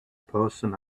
person